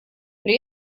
при